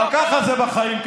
אבל ככה זה בחיים,